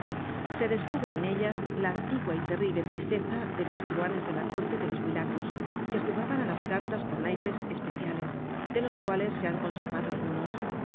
se descubre en ellas la antigua y terrible tristeza de los truhanes de la córte de los milagros que jugaban á las cartas con naipes especiales de los cuales se han conservado algunos